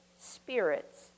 spirits